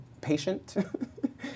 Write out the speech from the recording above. patient